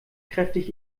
kräftig